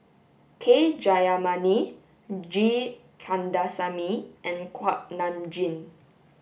K Jayamani G Kandasamy and Kuak Nam Jin